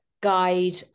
guide